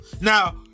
Now